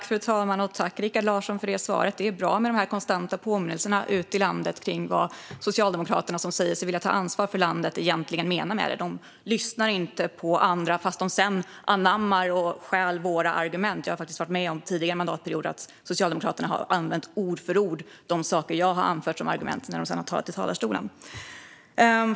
Fru talman! Tack, Rikard Larsson, för svaret! Det är bra med dessa konstanta påminnelser ute i landet om vad Socialdemokraterna, som säger sig vilja ta ansvar för landet, egentligen menar med det. De lyssnar inte på andra fast de sedan anammar och stjäl våra argument. Jag har faktiskt tidigare mandatperioder varit med om att Socialdemokraterna ord för ord har använt sig av de saker jag har anfört som argument när de sedan har stått i talarstolen.